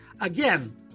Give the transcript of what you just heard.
Again